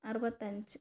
അറുപത്തഞ്ച്